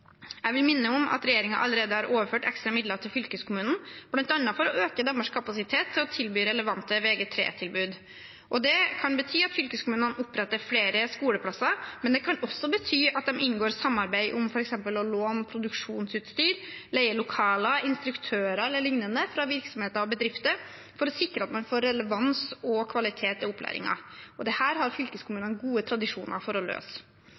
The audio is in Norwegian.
Jeg vil minne om at regjeringen allerede har overført ekstra midler til fylkeskommunen, bl.a. for å øke deres kapasitet til å tilby relevante Vg3-tilbud. Det kan bety at fylkeskommunene oppretter flere skoleplasser, men det kan også bety at de inngår samarbeid om f.eks. å låne produksjonsutstyr, leie lokaler, instruktører e.l. fra virksomheter og bedrifter for å sikre at man får relevans og kvalitet i opplæringen. Dette har fylkeskommunene gode tradisjoner for å løse.